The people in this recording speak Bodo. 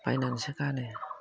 बायनानैसो गानो